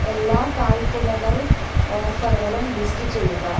എല്ലാ കായ്ക്കുലകൾ ഓഫറുകളും ലിസ്റ്റ് ചെയ്യുക